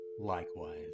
likewise